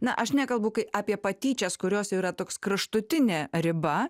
na aš nekalbu kai apie patyčias kurios yra toks kraštutinė riba